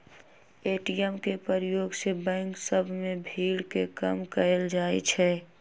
ATM के प्रयोग से बैंक सभ में भीड़ के कम कएल जाइ छै